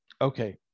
okay